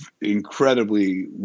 incredibly